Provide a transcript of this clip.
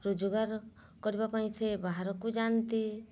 ରୋଜଗାର କରିବା ପାଇଁ ସିଏ ବାହାରକୁ ଯାଆନ୍ତି